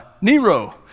Nero